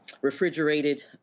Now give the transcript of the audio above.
refrigerated